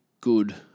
good